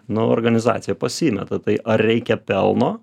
nu organizacija pasimeta tai ar reikia pelno